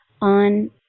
on